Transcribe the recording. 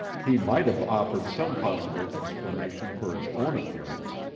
he might have offered some possible explanation for his own appearance,